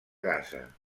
gaza